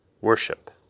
worship